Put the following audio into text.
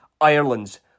Ireland's